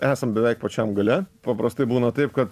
esam beveik pačiam gale paprastai būna taip kad